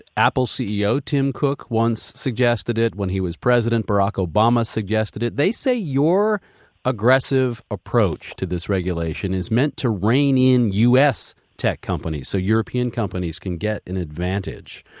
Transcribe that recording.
apple ceo tim cook once suggested it. when he was president, barack obama suggested. they say your aggressive approach to this regulation is meant to rein in u s. tech companies, so european companies can get an advantage.